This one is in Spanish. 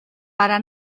para